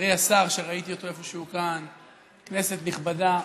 חברי השר, שראיתי אותו איפשהו כאן, כנסת נכבדה,